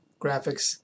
graphics